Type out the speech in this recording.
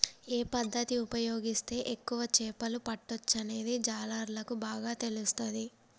ఏ పద్దతి ఉపయోగిస్తే ఎక్కువ చేపలు పట్టొచ్చనేది జాలర్లకు బాగా తెలుస్తది